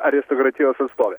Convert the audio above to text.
aristokratijos atstovė